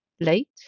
Late